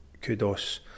kudos